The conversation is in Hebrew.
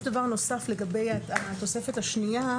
יש דבר נוסף לגבי התוספת השנייה.